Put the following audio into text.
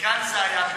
וכאן זה היה,